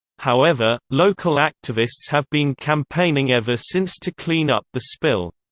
however, local activists have been campaigning ever since to clean up the spill.